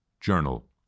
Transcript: journal